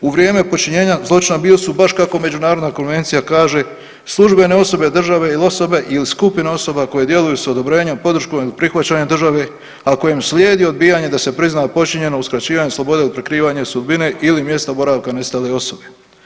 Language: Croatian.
U vrijeme počinjenja zločina bili su baš kako Međunarodna konvencija kaže službene osobe države ili osobe, ili skupine osoba koje djeluju s odobrenjem, podrškom ili prihvaćanjem države a kojem slijedi odbijanje da se prizna počinjeno uskraćivanje slobode, prikrivanje sudbine ili mjesta boravka nestale osobe.